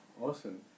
Awesome